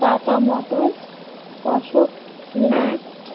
tata motors Ashok Leyland